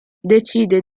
decide